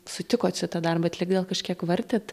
sutikot šitą darbą atlikt gal kažkiek vartėt